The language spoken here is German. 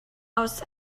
aus